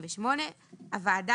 "הוועדה"